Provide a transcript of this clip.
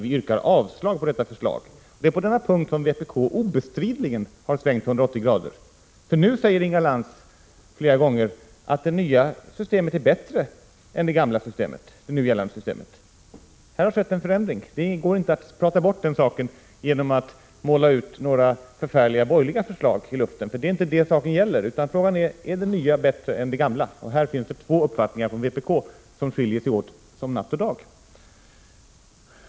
Vi yrkar avslag på förslaget. — Det är på denna punkt som vpk obestridligen har svängt 180 grader. Nu säger Inga Lantz flera gånger, att det nya systemet är bättre än det nu gällande. Här har skett en förändring. Det går inte att prata bort den saken genom att måla ut de borgerliga förslagen som förfärliga. Det är inte det saken gäller utan frågan är: Är det föreslagna nya systemet bättre än det gamla? — På den punkten finns två uppfattningar hos vpk, som skiljer sig åt som natt och dag.